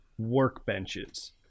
workbenches